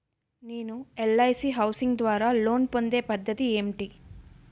నేను LIC housing ద్వారా loan పొందే పద్ధతి ఏంటి?